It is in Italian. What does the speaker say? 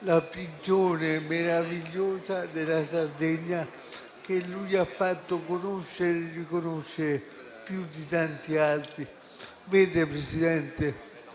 la prigione meravigliosa della Sardegna, che lui ha fatto conoscere e riconoscere più di tanti altri. Signor Presidente,